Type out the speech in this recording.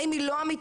האם היא לא אמיתית,